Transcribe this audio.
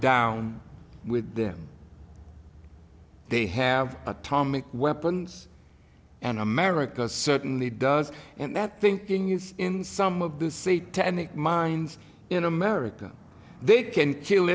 down with them they have atomic weapons and america certainly does and that thinking is in some of the say to end the mines in america they can kill